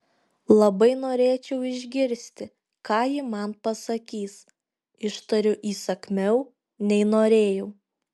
labai norėčiau išgirsti ką ji man pasakys ištariu įsakmiau nei norėjau